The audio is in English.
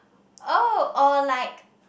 oh or like